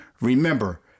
Remember